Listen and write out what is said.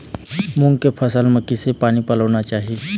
मूंग के फसल म किसे पानी पलोना चाही?